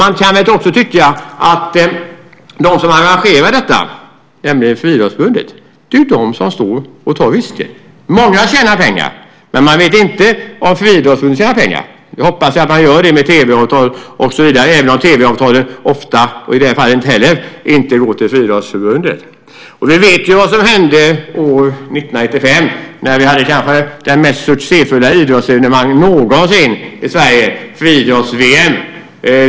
Man kan tycka att de som arrangerar detta, nämligen Friidrottsförbundet, tar risker. Många tjänar pengar, men man vet inte om Friidrottsförbundet tjänar pengar - man hoppas att de gör det genom tv-avtal, även om pengar från tv-avtalen ofta inte, och inte i det här fallet heller, går till Friidrottsförbundet. Vi vet vad som hände 1995 när vi hade det kanske mest succéfulla idrottsevenemanget någonsin i Sverige, friidrotts-VM.